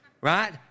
Right